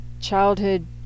childhood